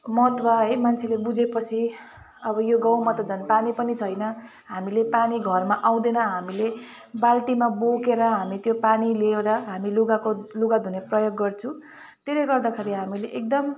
महत्त्व है मान्छेले बुझेपछि अब यो गाउँमा त झन् पानी पनि छैन हामीले पानी घरमा आउँदैन हामीले बाल्टीमा बोकेर हामी त्यो पानी ल्याएर हामी लुगाको लुगा धुने प्रयोग गर्छौँ त्यसले गर्दाखेरि हामीले अब मैले एकदम